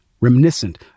reminiscent